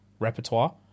Repertoire